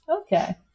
okay